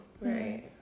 right